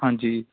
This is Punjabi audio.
ਹਾਂਜੀ